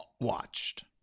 watched